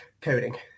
coding